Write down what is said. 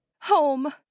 Home